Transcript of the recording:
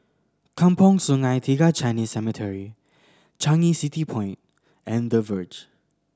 Kampong Sungai Tiga Chinese Cemetery Changi City Point and The Verge